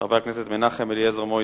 חבר הכנסת מנחם אליעזר מוזס,